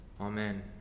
Amen